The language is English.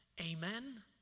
Amen